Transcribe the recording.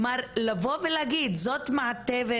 כלומר, לבוא ולהגיד, זאת מעטפת.